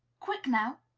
quick, now!